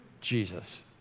Jesus